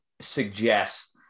suggest